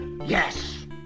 Yes